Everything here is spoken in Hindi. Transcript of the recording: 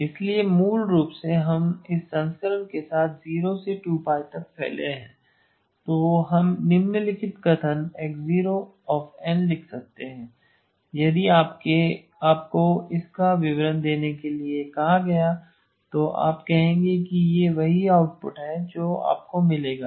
इसलिए मूल रूप से हम इस संस्करण के साथ 0 से 2π तक फैले हैं तो हम निम्नलिखित कथन X0 n लिख सकते हैं यदि आपको इसका विवरण देने के लिए कहा गया तो आप कहेंगे कि यह वही आउटपुट है जो आपको मिलेगा